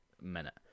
minute